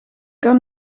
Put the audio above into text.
kan